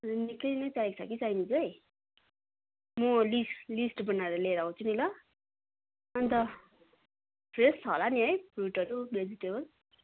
निकै नै चाहिएको छ कि चाहिनु चाहिँ म लिस लिस्ट बनाएर लिएर आउँछु नि ल अन्त फ्रेस छ होला नि है फ्रुटहरू भेजिटेबल